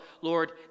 Lord